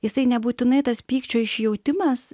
jisai nebūtinai tas pykčio išjautimas